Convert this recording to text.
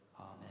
Amen